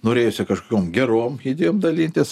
norėjosi kažkokiom gerom idėjom dalintis